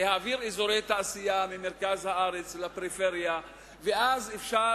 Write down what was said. אם יעבירו אזורי תעשייה ממרכז הארץ לפריפריה יהיה אפשר